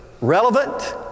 relevant